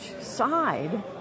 side